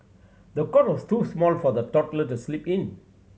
the cot was too small for the toddler to sleep in